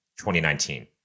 2019